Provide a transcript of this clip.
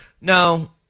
No